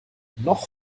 noch